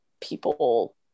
people